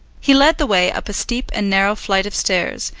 he led the way up a steep and narrow flight of stairs,